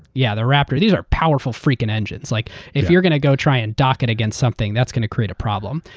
yeah, the raptor. these are powerful, freaking engines. like if you're going to go try and dock it against something, that's going to create a problem.